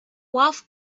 wharf